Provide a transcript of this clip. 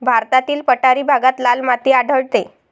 भारतातील पठारी भागात लाल माती आढळते